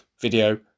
Video